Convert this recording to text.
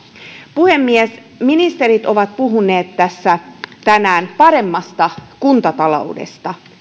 puhemies ministerit ovat puhuneet tänään paremmasta kuntataloudesta